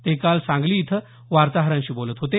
ते काल सांगली इथं वार्ताहरांशी बोलत होते